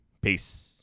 Peace